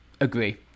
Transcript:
agree